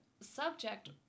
subject